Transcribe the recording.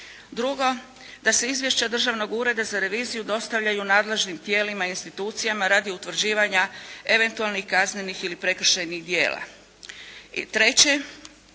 Drugo, da se izvješća Državnog ureda za reviziju dostavljaju nadležnim tijelima i institucijama radi utvrđivanja eventualnih kaznenih ili prekršajnih djela.